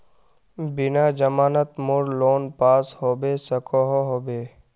बिना जमानत मोर लोन पास होबे सकोहो होबे?